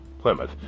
Plymouth